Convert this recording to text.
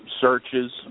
searches